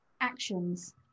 actions